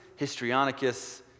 Histrionicus